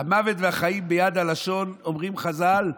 "המוות והחיים ביד הלשון", אומרים חז"ל.